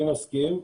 אני מסכים.